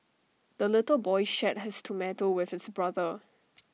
the little boy shared his tomato with his brother